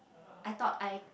I thought I